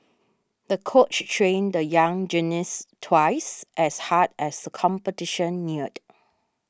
the coach trained the young gymnast twice as hard as the competition neared